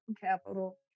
capital